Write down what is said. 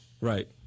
right